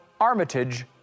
Armitage